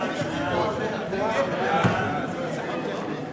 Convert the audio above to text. אין מתנגדים ואין נמנעים.